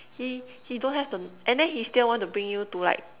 he he don't have the n~ and then he still want to bring you to like